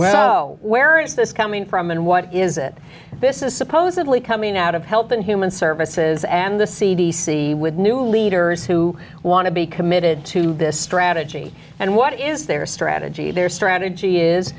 so where is this coming from and what is it this is supposedly coming out of health and human services and the c d c with new leaders who want to be committed to this strategy and what is their story energy their strategy is